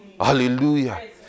Hallelujah